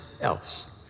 else